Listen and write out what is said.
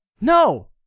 No